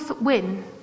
win